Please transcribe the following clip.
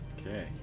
Okay